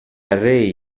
array